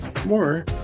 more